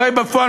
הרי בפועל,